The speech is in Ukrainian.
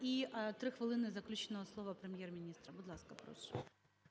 і 3 хвилини заключного слова Прем'єр-міністра. Будь ласка, прошу.